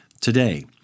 today